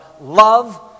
Love